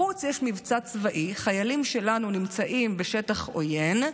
בחוץ יש מבצע צבאי, חיילים שלנו נמצאים בשטח עוין,